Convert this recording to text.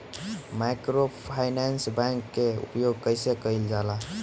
Microfinance bank के उपयोग कइसे कइल जाला?